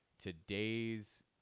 today's